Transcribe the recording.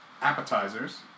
Appetizers